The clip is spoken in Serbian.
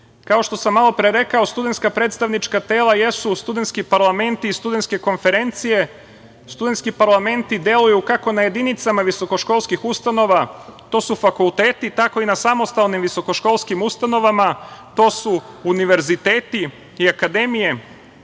što sam malo pre rekao, studentska predstavnička tela jesu studentski parlamenti i studentske konferencije. Studentski parlamenti deluju kako na jedinicama visokoškolskih ustanova, to su fakulteti, tako i na samostalnim visokoškolskim ustanovama, to su univerziteti i akademije